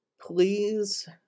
please